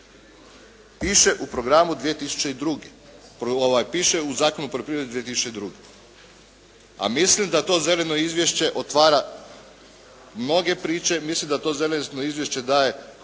nismo dobili. Piše u Zakonu o poljoprivredi 2002., a mislim da to zeleno izvješće otvara mnoge priče, mislim da to zeleno izvješće daje kvalitetne